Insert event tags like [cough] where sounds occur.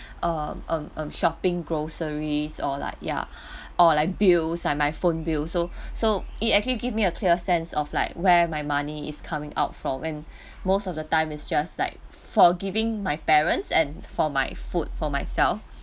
[breath] um um um shopping groceries or like ya [breath] or like bills and my phone bills so [breath] so it actually give me a clear sense of like where my money is coming out for when [breath] most of the time is just like for giving my parents and for my food for myself